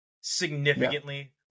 Significantly